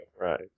Right